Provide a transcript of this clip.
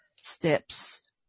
steps